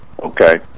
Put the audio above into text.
okay